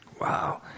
Wow